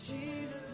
Jesus